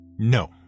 No